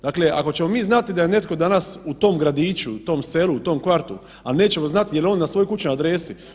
Dakle, ako ćemo mi znati da je netko danas u tom gradiću, u tom selu, u tom kvartu, al nećemo znat jel on na svojoj kućnoj adresi.